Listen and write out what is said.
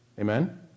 Amen